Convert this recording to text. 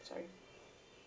sorry